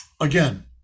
Again